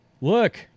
Look